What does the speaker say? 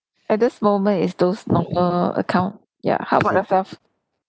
at this moment it's those normal account yeah how about yourself